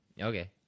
okay